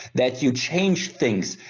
that you change things,